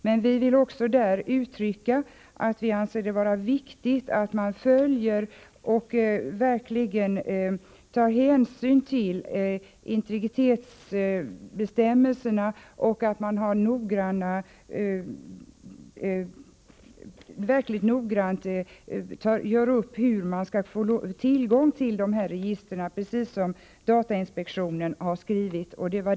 Men vi vill där också uttala att vi anser det vara viktigt att man verkligen tar hänsyn till integritetsbestämmelserna och mycket noggrant tar ställning till hur man skall kunna få tillgång till dessa register, precis som datainspektionen har skrivit.